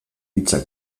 hitza